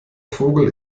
vogel